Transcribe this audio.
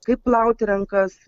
kaip plauti rankas